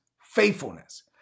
faithfulness